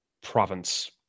province